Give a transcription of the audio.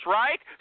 right